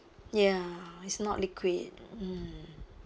ya it's not liquid mm